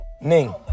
Ning